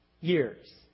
years